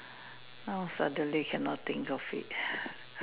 oh suddenly cannot think of it